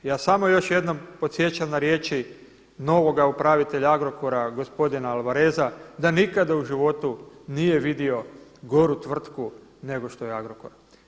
Ja samo još jednom podsjećam na riječi novoga upravitelja Agrokora gospodina Alvareza, da nikada u životu nije vidio goru tvrtku nego što je Agrokor.